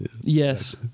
Yes